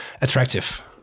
attractive